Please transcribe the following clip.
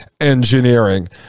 engineering